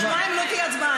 הממשלה מבקשת.